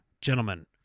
Gentlemen